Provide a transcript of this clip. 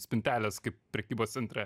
spintelės kaip prekybos centre